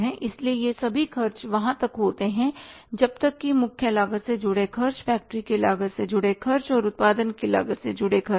इसलिए ये सभी खर्च वहां तक होते हैं जब तक कि मुख्य लागत से जुड़े खर्च फैक्ट्री की लागत से जुड़े खर्च और उत्पादन की लागत से जुड़े खर्च हो